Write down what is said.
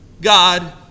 God